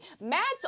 matt's